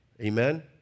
amen